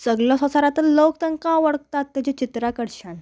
सगलो सवसारांतलो लोक तांकां वळखतात तेजे चित्र कडच्यान